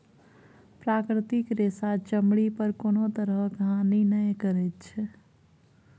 प्राकृतिक रेशा चमड़ी पर कोनो तरहक हानि नहि करैत छै